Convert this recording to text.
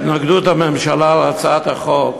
התנגדות הממשלה להצעת החוק